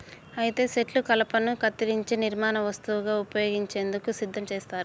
అయితే సెట్లు కలపను కత్తిరించే నిర్మాణ వస్తువుగా ఉపయోగించేందుకు సిద్ధం చేస్తారు